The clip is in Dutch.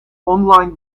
online